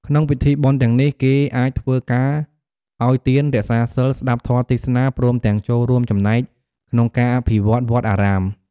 ក្នុងពិធីបុណ្យទាំងនេះ គេអាចធ្វើការឱ្យទាន រក្សាសីល ស្ដាប់ធម៌ទេសនា ព្រមទាំងចូលរួមចំណែកក្នុងការអភិវឌ្ឍន៍វត្តអារាម។